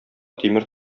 тимер